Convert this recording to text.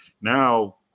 Now